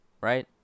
right